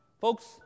Folks